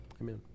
Amen